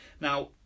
now